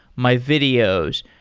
my videos.